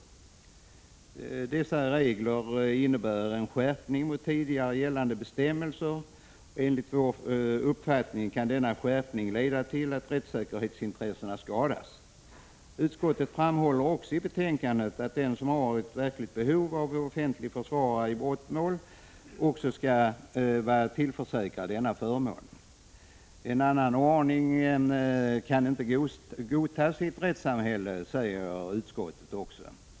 Dessa regler innebär en skärpning mot tidigare gällande bestämmelser. Enligt vår uppfattning kan denna skärpning leda till att rättssäkerhetsintressena skadas. Utskottet framhåller också i betänkandet att den som har ett verkligt behov av offentlig försvarare i brottmål skall vara tillförsäkrad denna förmån. En annan ordning kan inte godtas i ett rättssamhälle, säger utskottet.